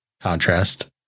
contrast